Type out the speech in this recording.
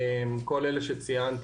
כל אלה שציינת,